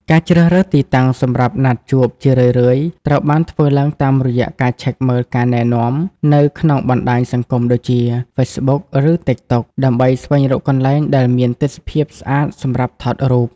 ការជ្រើសរើសទីតាំងសម្រាប់ណាត់ជួប ជារឿយៗត្រូវបានធ្វើឡើងតាមរយៈការឆែកមើលការណែនាំនៅក្នុងបណ្ដាញសង្គមដូចជា Facebook ឬ TikTok ដើម្បីស្វែងរកកន្លែងដែលមានទេសភាពស្អាតសម្រាប់ថតរូប។